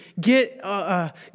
get